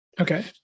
Okay